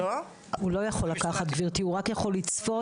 הוא רק יכול לצפות.